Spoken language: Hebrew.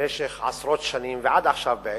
במשך עשרות שנים, ועד עכשיו בעצם,